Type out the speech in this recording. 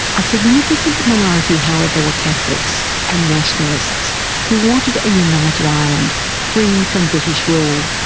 a significant minority however were catholics and nationalists who wanted a united ireland free from british rule.